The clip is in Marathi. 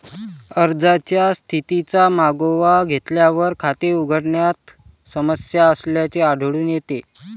अर्जाच्या स्थितीचा मागोवा घेतल्यावर, खाते उघडण्यात समस्या असल्याचे आढळून येते